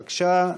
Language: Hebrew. בבקשה,